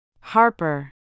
Harper